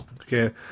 Okay